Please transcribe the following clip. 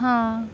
हां